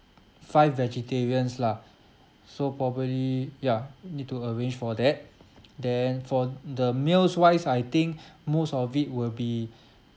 five vegetarians lah so probably ya need to arrange for that then for the meals wise I think most of it will be